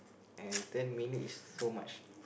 and ten minutes is so much